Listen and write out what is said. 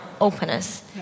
openness